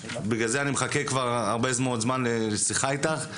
בגלל זה אני מחכה הרבה מאוד זמן לשיחה איתך.